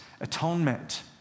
atonement